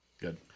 Good